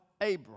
Abram